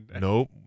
Nope